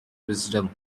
wisdom